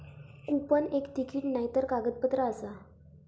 coupon एक ticket नायतर कागदपत्र आसा